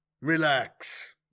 Relax